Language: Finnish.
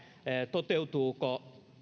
toteutuvatko